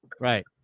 right